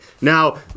Now